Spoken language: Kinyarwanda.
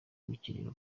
gukinira